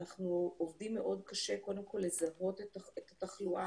אנחנו עובדים מאוד קשה לזהות את התחלואה,